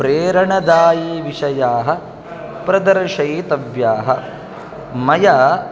प्रेरणदायीविषयाः प्रदर्शयितव्याः मया